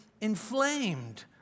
inflamed